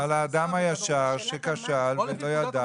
זה על האדם הישר שכשל ולא ידע.